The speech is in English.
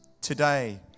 today